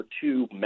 two